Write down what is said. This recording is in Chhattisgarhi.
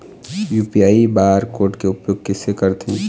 यू.पी.आई बार कोड के उपयोग कैसे करथें?